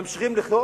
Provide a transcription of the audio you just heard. ממשיכים לחיות,